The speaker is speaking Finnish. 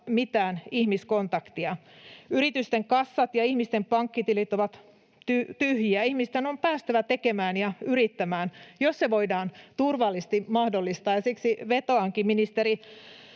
mitään ihmiskontakteja. Yritysten kassat ja ihmisten pankkitilit ovat tyhjiä. Ihmisten on päästävä tekemään ja yrittämään, jos se voidaan turvallisesti mahdollistaa. Ja siksi vetoankin ministeri